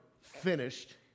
finished